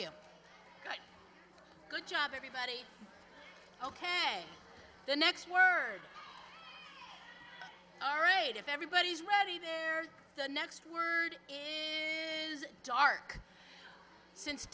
you good job everybody ok the next word all right if everybody's ready there the next word is dark since